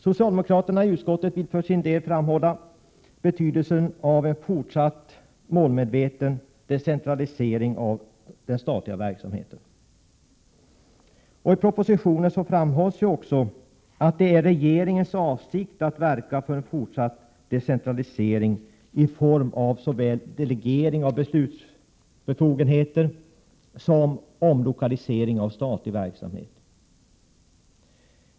Socialdemokraterna i utskottet vill för sin del framhålla betydelsen av en fortsatt målmedveten decentralisering av den statliga verksamheten. I propositionen framhålls också att det är regeringens avsikt att verka för en fortsatt decentralisering i form av såväl delegering av beslutsbefogenheter som omlokalisering av statlig verksamhet.